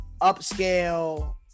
upscale